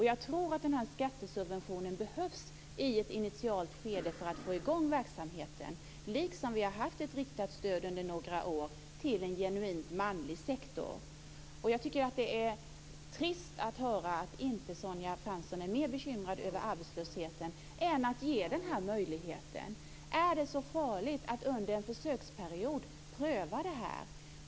Jag tror att en skattesubvention behövs i ett initialt skede för att få i gång verksamheten, liksom vi har haft ett riktat stöd under några år till en genuint manlig sektor. Jag tycker att det är trist att höra att Sonja Fransson inte är mer bekymrad över arbetslösheten än att ge den här möjligheten. Är det så farligt att under en försöksperiod pröva det här?